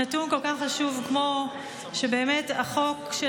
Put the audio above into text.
נתון כל כך חשוב כמו באמת שהחוק של